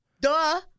Duh